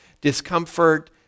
discomfort